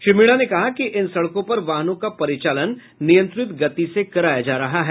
श्री मीणा ने कहा कि इन सड़कों पर वाहनों का परिचालन नियंत्रित गति से कराया जा रहा है